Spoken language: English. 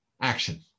action